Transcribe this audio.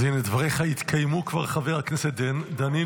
אז הינה, דבריך כבר התקיימו, חבר הכנסת דנינו.